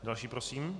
Další prosím.